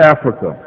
Africa